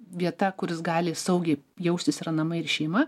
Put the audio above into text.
vieta kur jis gali saugiai jaustis yra namai ir šeima